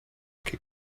che